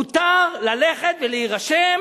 מותר ללכת ולהירשם